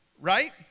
Right